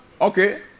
Okay